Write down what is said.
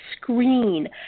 screen